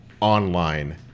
online